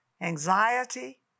anxiety